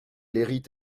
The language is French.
hérite